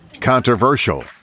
controversial